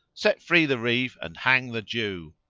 set free the reeve and hang the jew.